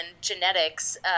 genetics